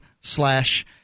slash